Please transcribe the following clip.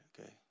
okay